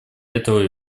этого